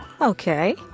Okay